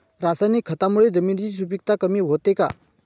रासायनिक खतांमुळे जमिनीची सुपिकता कमी होते का?